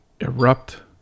erupt